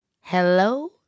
Hello